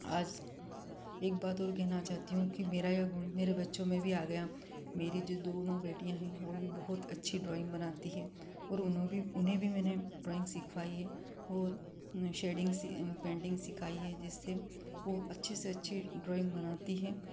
आज एक बात और कहना चाहती हूँ की मेरा यह गुण मेरे बच्चों में भी आ गया मेरी जो दोनो बेटियाँ हैं वो भी बहुत अच्छी ड्राइंग बनाती हैं और उन्हों भी उन्हें भी मैंने ड्राइंग सिखवाई है और उन्हें शेडिंग्स पेंटिग सिखाई है जिससे वो अच्छी से अच्छी ड्राइंग बनाती हैं